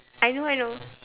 I know I know